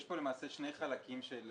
יש פה למעשה שני חלקים של